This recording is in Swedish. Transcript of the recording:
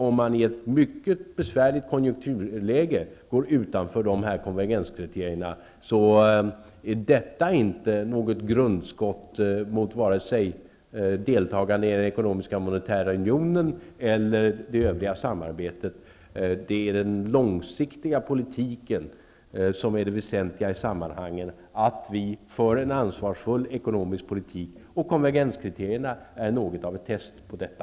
Om man i ett mycket besvärligt konjunkturläge går utanför dessa konvergenskriterier är detta inte något grundskott vare sig mot deltagande i den ekonomiska och monetära unionen eller i det övriga samarbetet. Det är den långsiktiga politiken som är det väsentliga i sammanhanget, alltså att vi för en ansvarsfull ekonomisk politik. Konvergenskriterierna är något av ett test på detta.